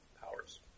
powers